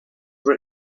were